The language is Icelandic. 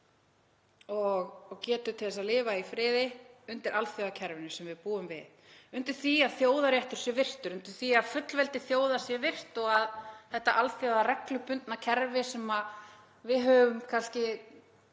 og getu til að lifa í friði, undir alþjóðakerfinu sem við búum við, undir því að þjóðaréttur sé virtur, undir því að fullveldi þjóða sé virt, undir því að þetta reglubundna alþjóðakerfi, sem við höfum kannski